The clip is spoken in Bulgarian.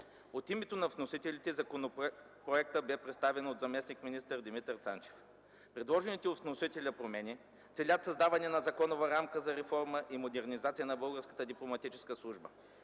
От името на вносителите законопроектът бе представен от заместник-министър Димитър Цанчев. Предложените от вносителя промени целят създаване на законова рамка за реформа и модернизация на Българската дипломатическа служба.